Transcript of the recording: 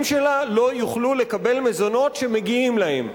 שלה לא יוכלו לקבל מזונות שמגיעים להם.